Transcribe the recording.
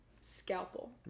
scalpel